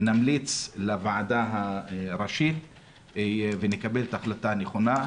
ונמליץ לוועדה הראשית ונקבל את החלטה הנכונה.